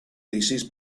leases